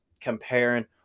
comparing